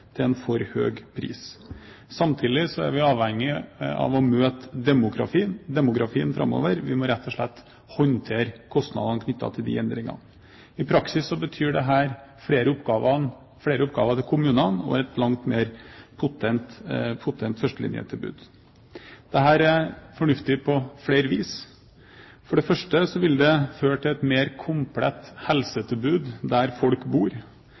til en for dårlig kvalitet til en for høy pris. Samtidig er vi avhengig av å møte demografien framover. Vi må rett og slett håndtere kostnadene knyttet til de endringene. I praksis betyr dette flere oppgaver til kommunene og et langt mer potent førstelinjetilbud. Dette er fornuftig på flere vis. For det første vil det føre til et mer komplett helsetilbud der folk bor,